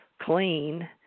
clean